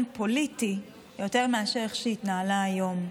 פוליטי יותר מאשר איך שהיא התנהלה היום.